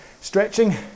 stretching